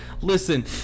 listen